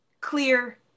Clear